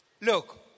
Look